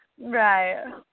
Right